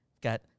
Got